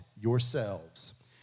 yourselves